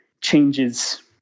changes